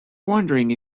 wondering